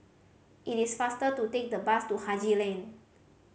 it is faster to take the bus to Haji Lane